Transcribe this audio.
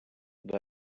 the